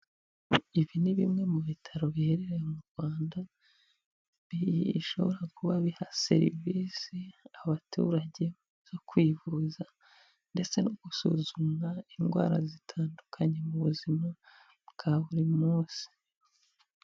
Ibi ni bimwe mu bitaro biherereye mu rwanda bishobora kuba biha serivise abaturage zo kwivuza ndetse no gusuzumwa indwara zitandukanye mu buzima bwa buri munsi.